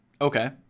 Okay